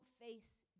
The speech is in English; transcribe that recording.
face